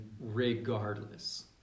regardless